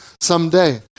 someday